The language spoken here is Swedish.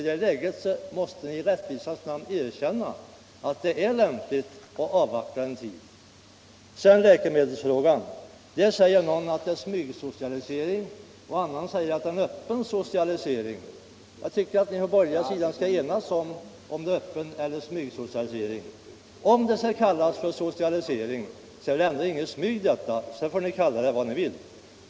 I det här läget måste ni väl i rättvisans namn erkänna att det är lämpligt att avvakta en tid. Beträffande läkemedelsfrågan säger någon att det är smygsocialisering, någon annan att det är öppen socialisering. Jag tycker att ni på den borgerliga sidan skall enas om huruvida det är öppen socialisering eller smygsocialisering. Om det skall kallas för socialisering är det ändå inget som sker i smyg. Sedan får ni kalla det vad ni vill.